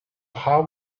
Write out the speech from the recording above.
how